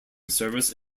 service